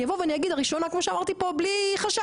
אני אבוא ואני אגיד הראשונה כמו שאמרתי פה בלי חשש,